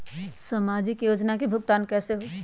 समाजिक योजना के भुगतान कैसे होई?